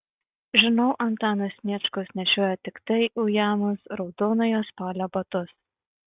žinau antanas sniečkus nešiojo tiktai ujamus raudonojo spalio batus